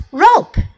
rope